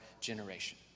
generation